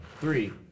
Three